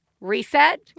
reset